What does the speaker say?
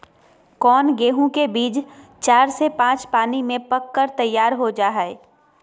कौन गेंहू के बीज चार से पाँच पानी में पक कर तैयार हो जा हाय?